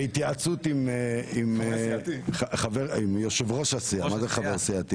בהתייעצות עם יושב ראש הסיעה שלי